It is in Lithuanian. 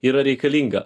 yra reikalinga